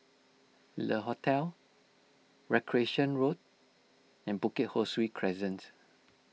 Le Hotel Recreation Road and Bukit Ho Swee Crescent